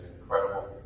incredible